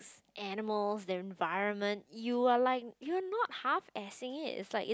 animals the environment you are like you are not half assing it it's like it's